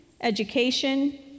education